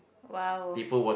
!wow!